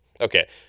Okay